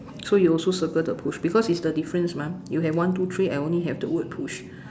so you also circle the push because is the difference mah you have one two three I only have the word push